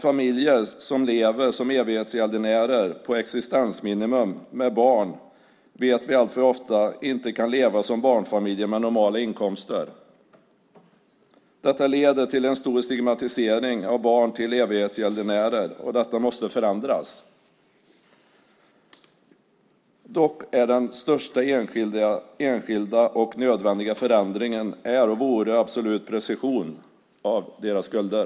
Familjer med barn som lever som evighetsgäldenärer, på existensminimum, vet vi alltför ofta inte kan leva som barnfamiljer med normala inkomster. Detta leder till en stor stigmatisering av barn till evighetsgäldenärer, och det måste förändras. Dock vore den största enskilda och nödvändiga förändringen absolut preskription av deras skulder.